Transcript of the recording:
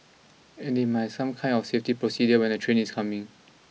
and they might some kind of safety procedure when a train is coming